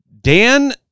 Dan